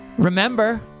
Remember